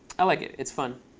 i like it. it's fun.